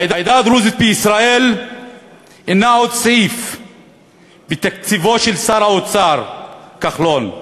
העדה הדרוזית בישראל אינה עוד סעיף בתקציבו של שר האוצר כחלון,